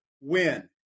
win